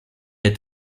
est